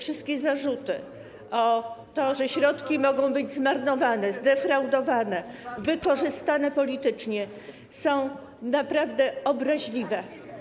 Wszystkie zarzuty o to, że środki mogą być zmarnowane, zdefraudowane, wykorzystane politycznie, są naprawdę obraźliwe.